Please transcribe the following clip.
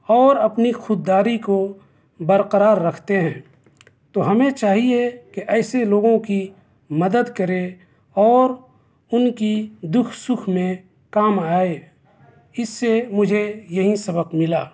اور اپنی خودداری کو برقرار رکھتے ہیں تو ہمیں چاہیے کہ ایسے لوگوں کی مدد کریں اور ان کی دکھ سکھ میں کام آئے اس سے مجھے یہی سبق ملا